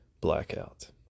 blackout